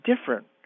different